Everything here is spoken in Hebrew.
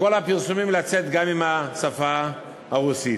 בכל הפרסומים, לצאת גם בשפה הרוסית.